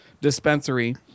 dispensary